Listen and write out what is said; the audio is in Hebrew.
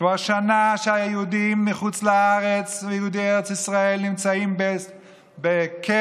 כבר שנה שהיהודים מחוץ לארץ ויהודי ארץ ישראל נמצאים בקרע.